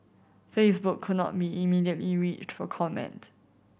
Facebook could not be immediately reached for comment